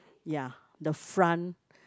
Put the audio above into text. ya the front